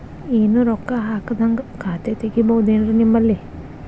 ಏನು ರೊಕ್ಕ ಹಾಕದ್ಹಂಗ ಖಾತೆ ತೆಗೇಬಹುದೇನ್ರಿ ನಿಮ್ಮಲ್ಲಿ?